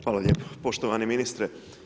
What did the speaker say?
Hvala lijepo, poštovani ministre.